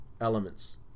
elements